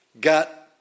got